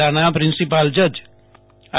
જીલ્લાના પ્રિન્સિપાલ જજ આઈ